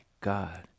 god